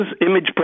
image